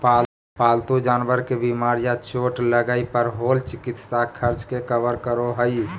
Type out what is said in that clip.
पालतू जानवर के बीमार या चोट लगय पर होल चिकित्सा खर्च के कवर करो हइ